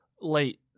late